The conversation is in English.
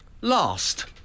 Last